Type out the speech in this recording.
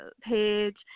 page